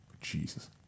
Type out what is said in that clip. Jesus